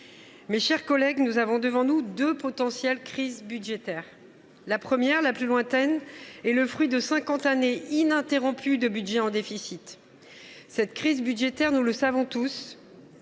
Mes chers collègues, nous avons devant nous deux potentielles crises budgétaires. La première, la plus lointaine, est le fruit de cinquante années ininterrompues de budgets en déficit. Cette crise budgétaire, nous le savons tous,